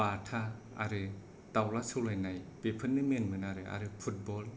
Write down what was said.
बाथा आरो दाउला सौलायनाय बेफोरनो मेइन मोन आरो आरो फुटबल